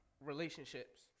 relationships